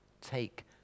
take